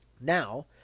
Now